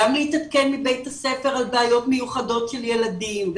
גם להתעדכן מבית הספר על בעיות מיוחדות של ילדים,